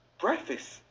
breakfast